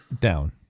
Down